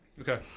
Okay